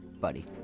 buddy